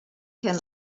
can